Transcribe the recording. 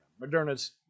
Moderna's